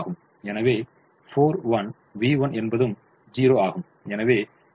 எனவே 4 v1 என்பதும் 0 ஆகும்